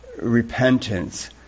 repentance